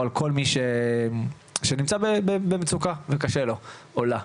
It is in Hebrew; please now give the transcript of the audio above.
או על כל מי שנמצא במצוקה וקשה לו או לה.